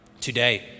today